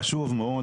חשוב מאוד,